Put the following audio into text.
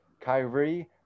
Kyrie